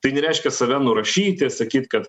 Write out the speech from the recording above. tai nereiškia save nurašyti sakyt kad